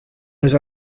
les